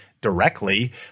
directly